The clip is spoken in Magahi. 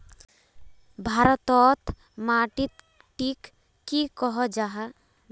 भारत तोत माटित टिक की कोहो जाहा?